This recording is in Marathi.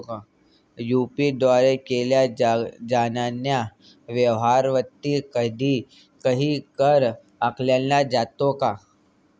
यु.पी.आय द्वारे केल्या जाणाऱ्या व्यवहारावरती काही कर आकारला जातो का?